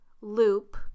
loop